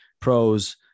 pros